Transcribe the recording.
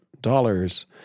dollars